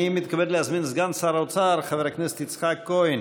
אני מתכבד להזמין את סגן שר האוצר חבר הכנסת יצחק כהן.